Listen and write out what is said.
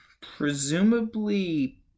Presumably